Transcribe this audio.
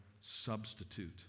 substitute